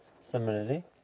similarly